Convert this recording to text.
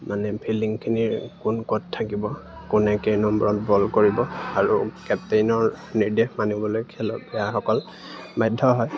মানে ফিল্ডিংখিনিৰ কোন ক'ত থাকিব কোনে কেই নম্বৰত বল কৰিব আৰু কেপ্টেইনৰ নিৰ্দেশ মানিবলৈ খেল প্লেয়াৰসকল বাধ্য হয়